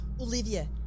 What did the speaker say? Olivia